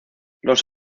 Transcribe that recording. los